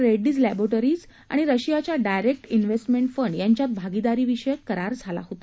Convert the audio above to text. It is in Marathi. रेड्डीज लस्पिटरीज आणि रशियाच्या डायरेक्ट इनव्हेस्टमेंट फंड यांच्यात भागिदारीविषयक करार झाला होता